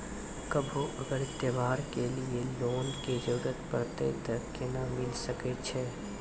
कभो अगर त्योहार के लिए लोन के जरूरत परतै तऽ केना मिल सकै छै?